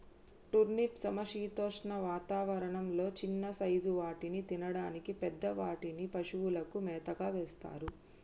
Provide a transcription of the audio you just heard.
turnip సమశీతోష్ణ వాతావరణం లొ చిన్న సైజ్ వాటిని తినడానికి, పెద్ద వాటిని పశువులకు మేతగా వేస్తారు